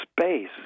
space